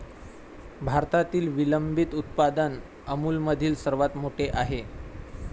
भारतातील विलंबित उत्पादन अमूलमधील सर्वात मोठे आहे